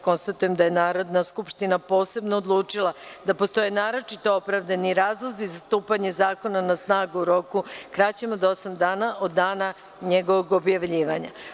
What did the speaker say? Konstatujem da je Narodna skupština posebno odlučila da postoje naročito opravdani razlozi zastupanja zakona na snagu u roku kraćem od osam dana od dana njegovog objavljivanja.